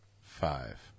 Five